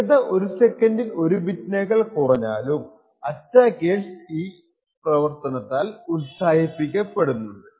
വേഗത ഒരു സെക്കൻഡിൽ ഒരു ബിറ്റിനേക്കാൾ കുറഞ്ഞാലും അറ്റാക്കർസ് ഇതിനാൽ ഉത്സാഹിപ്പിക്കപ്പെടുന്നുണ്ട്